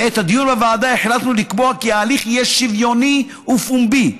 בעת הדיון בוועדה החלטנו לקבוע כי ההליך יהיה שוויוני ופומבי,